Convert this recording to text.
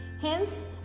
Hence